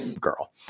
girl